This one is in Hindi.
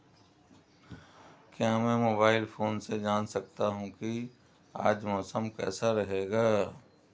क्या मैं मोबाइल फोन से जान सकता हूँ कि आज मौसम कैसा रहेगा?